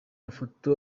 mafoto